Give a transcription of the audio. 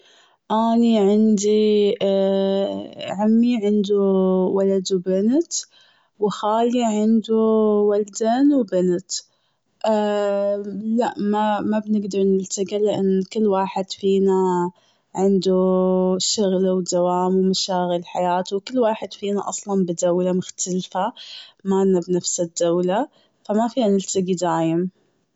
أني عندي عمي عنده ولد و بنت و خالي عنده ولدين و بنت. لا ما- ما بنقدر نلتقي، لأنه كل واحد فينا عنده شغل ودوام ومشاغل بحياته وكل واحد فينا أصلاً بالدولة مختلفة. مالنا بنفس الدولة، فما فينا نلتقي دايم.